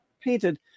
painted